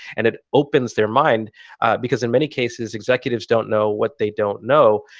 and it opens their mind because, in many cases, executives don't know what they don't know.